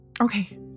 Okay